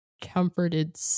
comforted